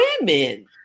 women